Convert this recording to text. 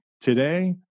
Today